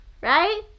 Right